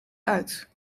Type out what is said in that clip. uit